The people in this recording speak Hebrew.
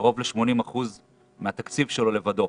קרוב ל-80% מהתקציב שלו לבדו.